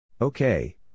Okay